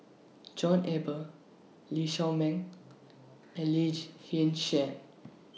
John Eber Lee Shao Meng and Lee Shyan